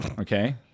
Okay